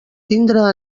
tindre